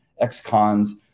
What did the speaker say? ex-cons